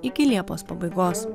iki liepos pabaigos